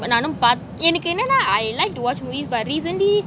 நானும் பாத்தென் எனக்கு என்னனா:nanum pathen enakku ennana I like to watch movies but recently